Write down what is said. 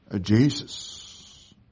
Jesus